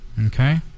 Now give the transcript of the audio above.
Okay